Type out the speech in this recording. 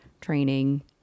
training